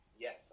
Yes